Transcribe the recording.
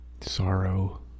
sorrow